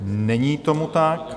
Není tomu tak.